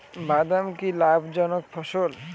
বাদাম কি লাভ জনক ফসল?